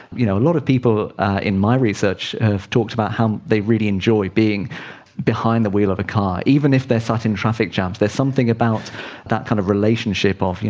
you know a lot of people in my research have talked about how they really enjoy being behind the wheel of a car, even if they are sat in traffic jams, there's something about that kind of relationship ah of, you